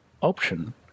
option